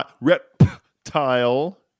Reptile